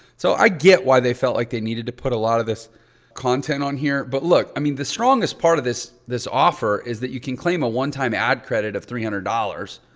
so i get why they felt like they needed to put a lot of this content on here. but look, i mean the strongest part of this this offer is that you can claim a one-time ad credit of three hundred dollars.